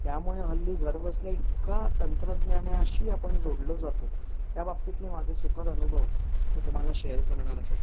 यामुळे हल्ली घरबसल्या इतका तंत्रज्ञानाशी आपण जोडलो जातो त्या बाबतीतले माझे सुखद अनुभव मी तुम्हाला शेअर करणार आहे